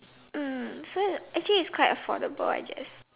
mm so it's actually it's quite affordable I guess